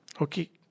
Okay